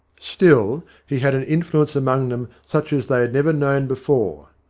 still, he had an influence among them such as they had never known before.